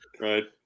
Right